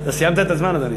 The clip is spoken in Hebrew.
אתה סיימת את הזמן, אדוני.